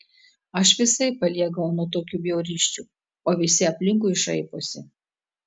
aš visai paliegau nuo tokių bjaurysčių o visi aplinkui šaiposi